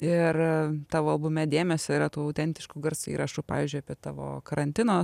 ir tavo albume dėmesį yra tų autentiškų garso įrašų pavyzdžiui apie tavo karantino